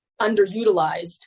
underutilized